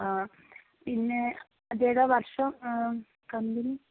ആ പിന്നെ അതേതാണ് വർഷം കമ്പനി